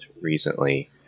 recently